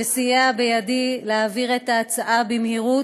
שסייע בידי להעביר את ההצעה במהירות,